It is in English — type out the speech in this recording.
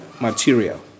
Material